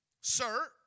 Sir